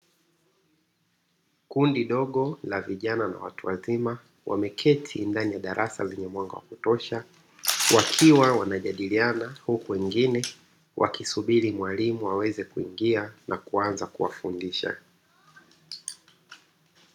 Kundi dogo la vijana na watu wazima wameketi ndani ya darasa lenye mwanga wa kutosha, wakiwa wanajadiliana huku wengine wakisubiri mwalimu aweze kuingia na kuanza kuwafundisha.